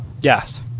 Yes